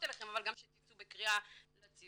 אליכם אבל גם שתצאו בקריאה לציבור.